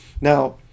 Now